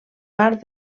part